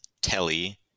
Telly